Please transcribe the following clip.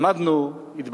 למדנו, התבגרנו,